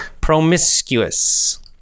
promiscuous